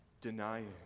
denying